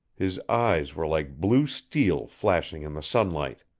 his eyes were like blue steel flashing in the sunlight.